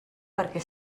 perquè